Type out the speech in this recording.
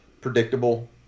predictable